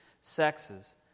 sexes